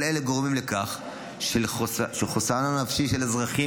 כל אלה גורמים לכך שחוסנם הנפשי של אזרחים